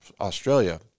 Australia